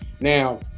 now